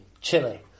Chile